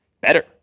better